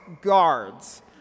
guards